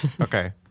Okay